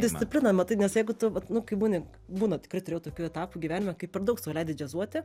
discipliną matai nes jeigu tu vat nu kai būni būna tikrai turėjau tokių etapų gyvenime kai per daug sau leidi džiazuoti